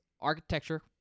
architecture